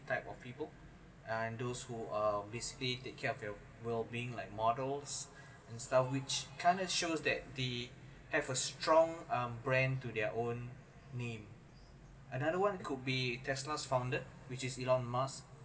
type of people and those who are basically take care of your well being like models and stuff which kind of shows that the have a strong uh brand to their own name another one could be tesla's founder which is elon musk